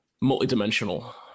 multi-dimensional